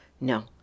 No